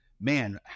man